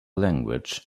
language